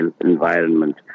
environment